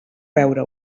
veure